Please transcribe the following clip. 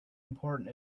important